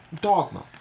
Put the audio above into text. Dogma